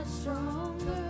stronger